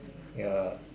ya